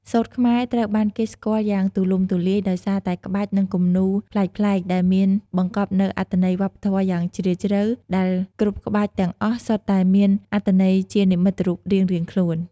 សូត្រខ្មែរត្រូវបានគេស្គាល់យ៉ាងទូលំទូលាយ ដោយសារតែក្បាច់ និងគំនូរប្លែកៗ ដែលមានបង្កប់នូវអត្ថន័យវប្បធម៌យ៉ាងជ្រាលជ្រៅ ដែលគ្រប់ក្បាច់ទាំងអស់សុទ្ធតែមានអត្ថន័យជានិមិត្តរូបរៀងៗខ្លួន។